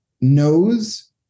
knows